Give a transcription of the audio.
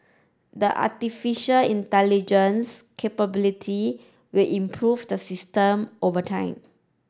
the artificial intelligence capability will improve the system over time